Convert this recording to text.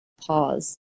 pause